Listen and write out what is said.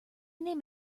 name